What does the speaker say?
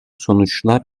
sonuçlar